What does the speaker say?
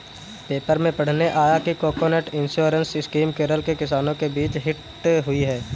paper में पढ़ने आया कि कोकोनट इंश्योरेंस स्कीम केरल में किसानों के बीच हिट हुई है